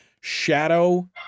shadow